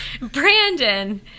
Brandon